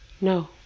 no